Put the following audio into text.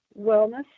wellness